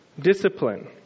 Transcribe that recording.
discipline